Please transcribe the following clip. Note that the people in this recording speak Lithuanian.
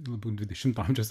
labiau dvidešimto amžiaus